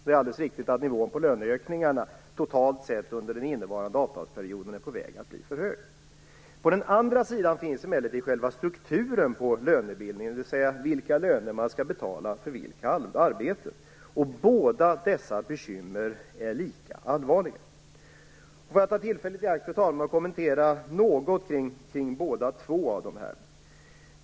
Det är alldeles riktigt att nivån på löneökningarna totalt sett inom den innevarande avtalsperioden är på väg att bli för hög. På den andra sidan finns emellertid själva strukturen på lönebildningen, dvs. vilka löner man skall betala för vilka arbeten. Båda dessa bekymmer är lika allvarliga. Jag vill ta tillfället i akt och kommentera något kring båda dessa.